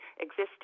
existing